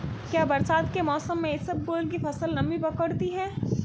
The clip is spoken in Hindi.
क्या बरसात के मौसम में इसबगोल की फसल नमी पकड़ती है?